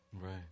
Right